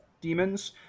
demons